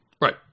Right